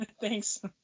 Thanks